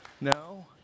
No